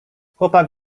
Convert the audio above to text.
chłopak